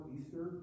Easter